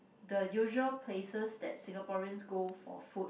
the usual places that Singaporeans go for food